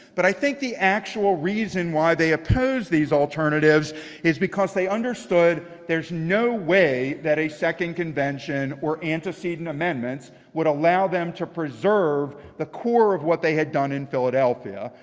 but i think the actual reason why they opposed these alternatives is because they understood there's no way that a second convention, or antecedent amendments, would allow them to preserve the core of what they had done in philadelphia.